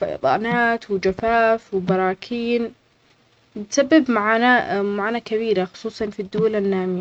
فيضانات وجفاف وبراكين. بتسبب معانا-معاناة كبيرة خصوصاً في الدول النامية.